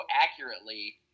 accurately